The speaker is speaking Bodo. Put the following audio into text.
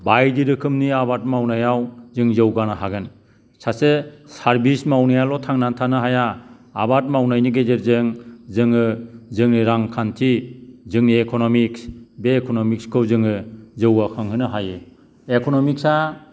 बायदि रोखोमनि आबाद मावनायाव जों जौगानो हागोन सासे सार्भिस मावनायाल' थांना थानो हाया आबाद मावनायनि गेजेरजों जोङो जोंनि रांखान्थि जोंनि इक'नमिक्स बे इक'नमिक्सखौ जोङो जौगाखांहोनो हायो इक'नमिक्सआ